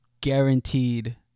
guaranteed